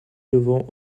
levant